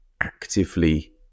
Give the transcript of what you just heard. actively